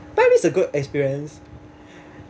that is a good experience